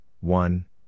One